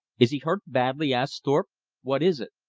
is he hurt badly? asked thorpe what is it?